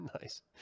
nice